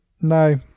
No